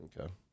Okay